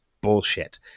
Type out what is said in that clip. bullshit